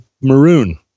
maroon